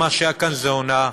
מה שהיה כאן זה הונאה.